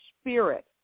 spirit